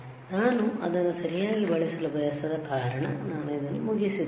ನಾನು ಅದನ್ನು ಸರಿಯಾಗಿ ಬಳಸಲು ಬಯಸದ ಕಾರಣ ನಾನು ಇದನ್ನು ಮುಗಿಸಿದ್ದೇನೆ